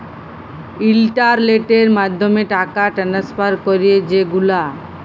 ইলটারলেটের মাধ্যমে টাকা টেনেসফার ক্যরি যে গুলা